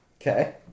Okay